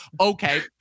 Okay